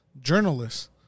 journalists